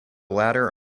latter